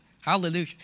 Hallelujah